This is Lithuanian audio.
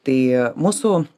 tai mūsų